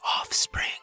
offspring